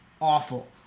awful